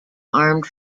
armed